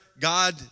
God